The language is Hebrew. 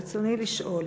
רצוני לשאול: